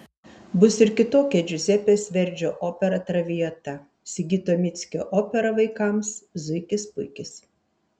bus ir kitokia džiuzepės verdžio opera traviata sigito mickio opera vaikams zuikis puikis